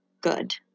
good